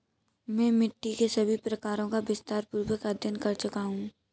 मैं मिट्टी के सभी प्रकारों का विस्तारपूर्वक अध्ययन कर चुका हूं